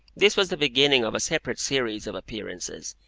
this was the beginning of a separate series of appearances,